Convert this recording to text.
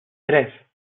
tres